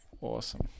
awesome